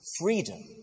freedom